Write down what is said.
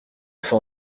faim